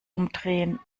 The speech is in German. umdrehen